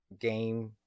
game